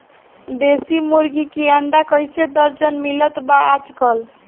देशी मुर्गी के अंडा कइसे दर्जन मिलत बा आज कल?